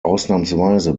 ausnahmsweise